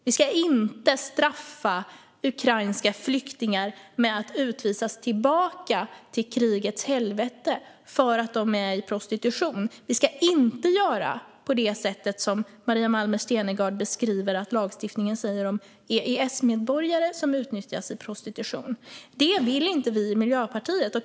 Vi ska inte straffa ukrainska flyktingar genom att utvisa dem tillbaka till krigets helvete för att de är i prostitution. Vi ska inte göra på det sätt som Maria Malmer Stenergard beskriver att lagstiftningen säger om EES-medborgare som utnyttjas i prostitution. Det vill inte vi i Miljöpartiet.